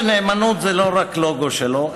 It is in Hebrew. שנאמנות זה לא רק לוגו שלו,